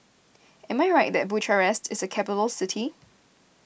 am I right that Bucharest is a capital city